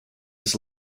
his